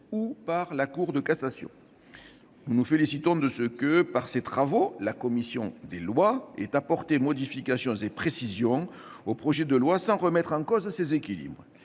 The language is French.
ou par la Cour de cassation. Je me félicite de ce que, par ses travaux, la commission des lois ait apporté modifications et précisions au projet de loi sans remettre en cause ses équilibres.